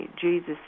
Jesus